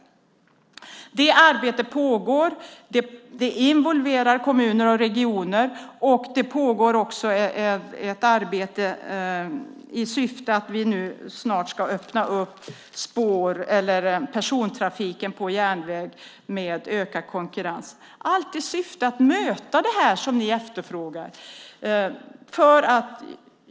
Det arbetet pågår. Det involverar kommuner och regioner, och det pågår också ett arbete i syfte att vi snart ska kunna öppna för ökad konkurrens på persontrafik på järnväg. Allt detta görs för att möta det ni efterfrågar.